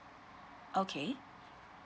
okay